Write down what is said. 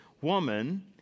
woman